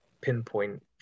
pinpoint